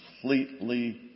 completely